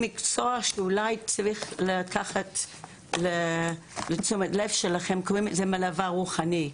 אני רוצה להסב את תשומת ליבכם למקצוע מלווה רוחני.